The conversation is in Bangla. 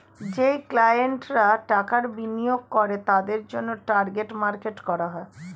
যেই ক্লায়েন্টরা টাকা বিনিয়োগ করে তাদের জন্যে টার্গেট মার্কেট করা হয়